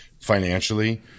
financially